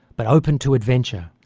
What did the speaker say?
but open to adventure,